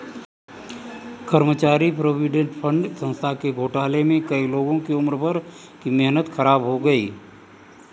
कर्मचारी provident fund संस्था के घोटाले में कई लोगों की उम्र भर की मेहनत ख़राब हो गयी